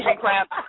clap